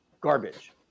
garbage